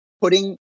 putting